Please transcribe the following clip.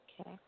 Okay